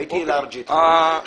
הייתי לארג' איתך.